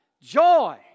joy